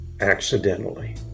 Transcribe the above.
accidentally